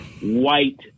white